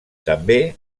també